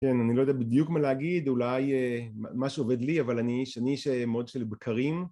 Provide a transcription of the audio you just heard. כן, אני לא יודע בדיוק מה להגיד, אולי מה שעובד לי, אבל אני איש של מאוד בקרים